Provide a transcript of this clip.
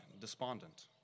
despondent